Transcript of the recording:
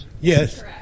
Yes